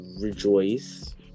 Rejoice